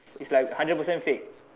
it's like hundred percent fake